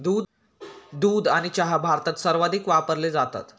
दूध आणि चहा भारतात सर्वाधिक वापरले जातात